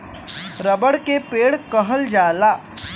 रबड़ के पेड़ कहल जाला